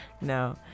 No